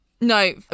no